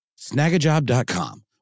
snagajob.com